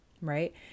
right